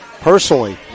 personally